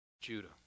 Judah